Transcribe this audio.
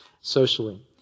socially